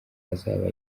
azaba